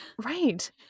Right